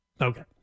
Okay